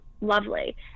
lovely